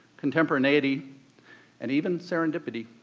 contemporaneity and even serendipity,